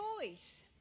choice